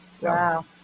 Wow